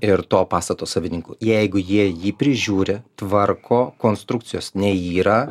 ir to pastato savininkų jeigu jie jį prižiūri tvarko konstrukcijos neyra